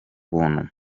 buntu